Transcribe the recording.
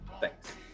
Thanks